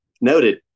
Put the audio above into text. noted